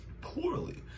poorly